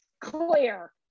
clear